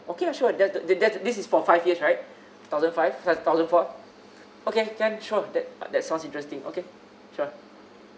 okay lah sure what that that debt this is for five years right thousand five thousand four okay can sure that that sounds interesting okay sure